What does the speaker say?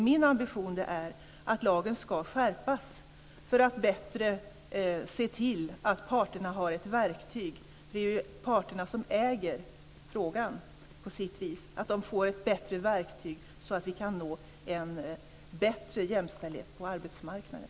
Min ambition är att lagen ska skärpas för att bättre se till att parterna får ett verktyg - det är parterna som äger frågan på sitt vis - så att vi kan nå en bättre jämställdhet på arbetsmarknaden.